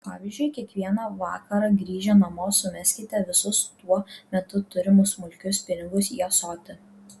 pavyzdžiui kiekvieną vakarą grįžę namo sumeskite visus tuo metu turimus smulkius pinigus į ąsotį